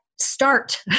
Start